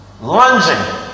lunging